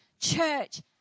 church